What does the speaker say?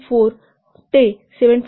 4 ते 7